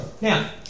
Now